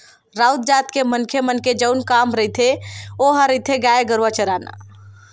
राउत जात के मनखे मन के जउन मूल काम रहिथे ओहा रहिथे गाय गरुवा चराना